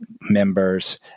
members